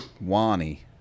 Wani